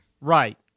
Right